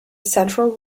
central